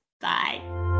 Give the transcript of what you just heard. Bye